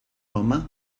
home